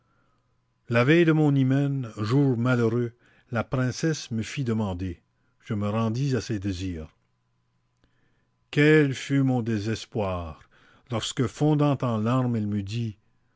la veille de mon himen jour malheureux la princesse me fit demander je me rendis à ses désirs quel fut mon désespoir lorsque fondant en larmes elle me dit